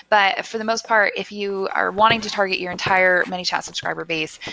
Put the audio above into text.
but for the most part, if you are wanting to target your entire many times subscriber base,